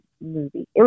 movie